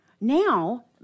now